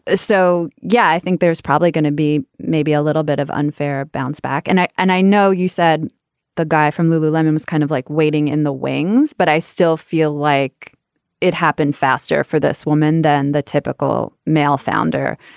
ah so, yeah, i think there's probably gonna be maybe a little bit of unfair bounce back. and i and i know you said the guy from lululemon was kind of like waiting in the wings, but i still feel like it happened faster for this woman than the typical male founder.